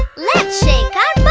let's shake